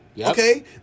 Okay